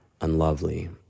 unlovely